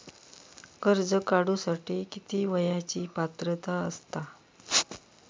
कर्ज काढूसाठी किती वयाची पात्रता असता?